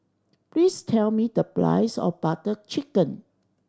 please tell me the price of Butter Chicken